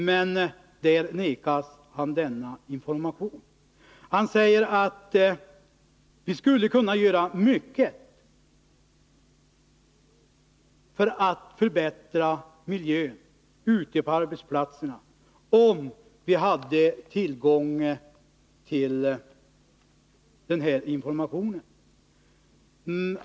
Men där vägras han denna information. Denne forskare säger: Vi skulle kunna göra mycket för att förbättra miljön ute på arbetsplatserna, om vi hade tillgång till den här informationen.